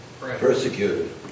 Persecuted